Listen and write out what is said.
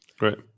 right